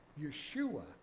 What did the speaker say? Yeshua